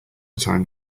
time